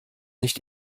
nicht